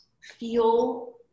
feel